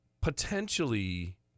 potentially